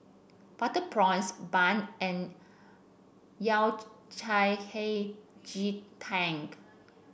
Butter Prawns Bun and Yao Cai Hei Ji Tank